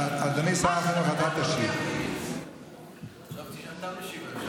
אדוני שר החינוך, אתה תשיב.